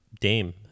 Dame